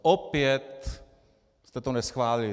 Opět jste to neschválili.